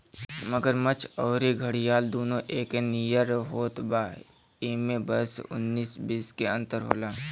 मगरमच्छ अउरी घड़ियाल दूनो एके नियर होत बा इमे बस उन्नीस बीस के अंतर होला